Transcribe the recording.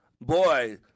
boy